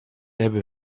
hebben